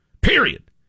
Period